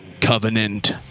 Covenant